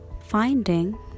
finding